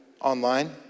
online